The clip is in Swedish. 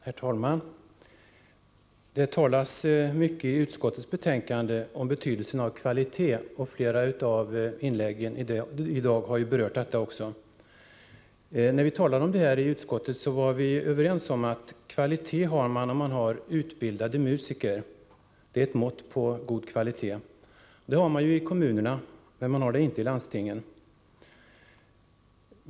Herr talman! Det talas i utskottets betänkande mycket om betydelsen av kvalitet. Flera av talarna har i sina inlägg i dag också berört detta. När vi diskuterade frågan i utskottet var vi överens om att det är ett mått på god kvalitet att man har utbildade musiker. Utbildade musiker har kommunerna, men inte landstingen.